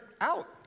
out